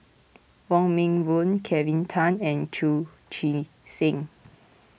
Wong Meng Voon Kelvin Tan and Chu Chee Seng